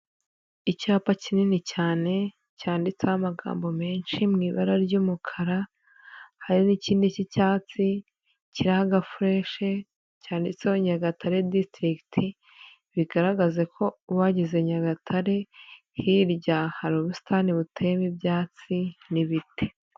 Icyapa kinini cyane cyanditseho amagambo menshi mu ibara ry'umukara hari n'ikindi cy'icyatsi kiriho agafureshi cyanditseho Nyagatare disitirigiti bigaragaza ko uba wagize Nyagatare, hirya hari ubusitani buteyemo ibyatsi n'ibiti.